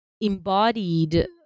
embodied